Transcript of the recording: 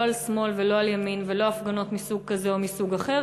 לא על שמאל ולא על ימין ולא הפגנות מסוג כזה או מסוג אחר.